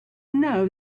know